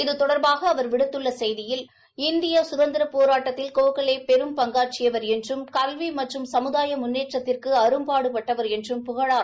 இது தொடர்பாக அவர் விடுத்துள்ள செய்தியில் இந்திய கதந்திரப் போராட்டத்தில் கோகலே பெரும் பங்காற்றியவர் என்றும் கல்வி மற்றும் சமுதாய முன்னேற்றத்திற்கு அரும்பாடுபட்டவர் என்றும் புகழாரம் குட்டியுள்ளார்